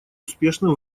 успешным